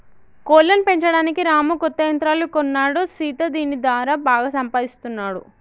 కోళ్లను పెంచడానికి రాము కొత్త యంత్రాలు కొన్నాడు సీత దీని దారా బాగా సంపాదిస్తున్నాడు